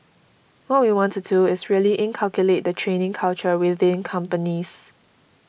what we want to do is really inculcate the training culture within companies